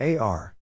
AR